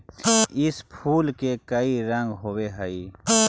इस फूल के कई रंग होव हई